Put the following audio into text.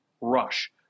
rush